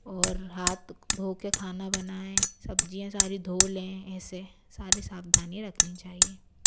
और हाथ धो कर खाना बनाएँ सब्ज़ियाँ सारी धो लें ऐसे सारे सावधानी रखनी चाहिए